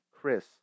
Chris